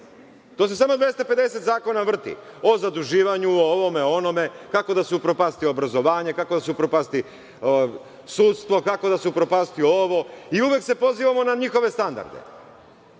Tu se samo 250 zakona vrti – o zaduživanju, o ovome, o onome, kako da se upropasti obrazovanje, kako da se upropasti sudstvo, kako da se upropasti ovo. Uvek se pozivamo na njihove standarde.